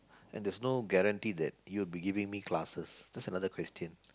and there's no guarantee that you'll be giving me classes that's another question